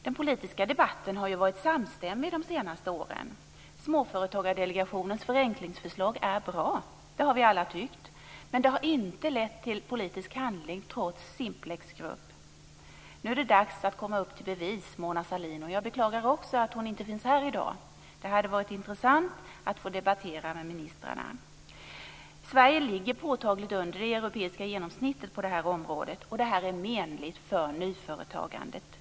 Den politiska debatten har de senaste åren varit samstämmig: Småföretagsdelegationens regelförenklingsförslag är bra. Det har vi alla tyckt. Men det har inte lett till politisk handling, trots Simplexgruppen. Det är dags att komma upp till bevis för Mona Sahlin. Jag beklagar också att hon inte finns här i dag. Det hade varit intressant att få debattera med ministern. Sverige ligger påtagligt under det europeiska genomsnittet på detta område, och det är menligt för nyföretagandet.